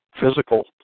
physical